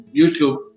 youtube